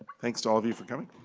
thanks to all of you for coming.